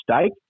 stake